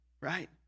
right